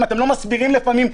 אתם לא מסבירים לפעמים.